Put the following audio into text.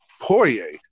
Poirier